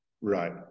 Right